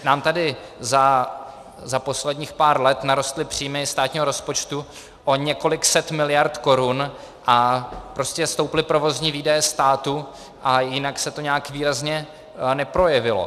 Nám tady za posledních pár let narostly příjmy státního rozpočtu o několik set miliard korun a stouply provozní výdaje státu a nijak se to výrazně neprojevilo.